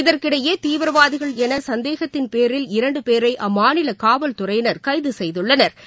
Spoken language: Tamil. இதற்கிடையேதீவிரவாதிகள் எனசந்தேகத்தின் பேரில் இரண்டுபேரை அம்மாநிலகாவல்துறையினா் கைதுசெய்துள்ளனா்